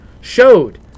Showed